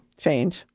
change